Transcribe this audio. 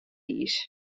iis